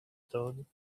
tone